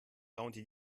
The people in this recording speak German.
raunte